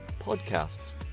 podcasts